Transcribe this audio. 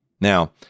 Now